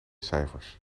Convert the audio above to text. cijfers